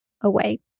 away